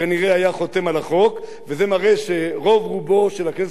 זה מראה שרוב רובו של הכנסת הישראלית חפץ בדבר.